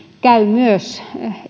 käy myös